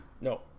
No